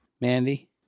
Mandy